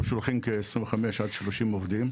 אנחנו שולחים כ- 25 30 עובדים.